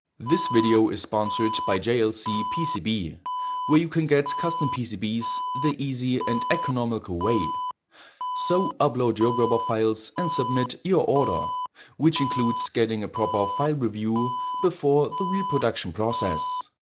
this video is sponsored by jlcpcb where you can get custom pcb's the easy and economical way so upload your gerber files and submit your order which includes getting a proper file review before the reproduction process